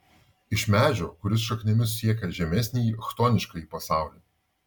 iš medžio kuris šaknimis siekia žemesnįjį chtoniškąjį pasaulį